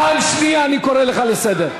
פעם שנייה אני קורא אותך לסדר.